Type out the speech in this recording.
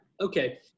Okay